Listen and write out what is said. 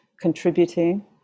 contributing